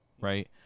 right